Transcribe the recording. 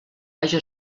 haja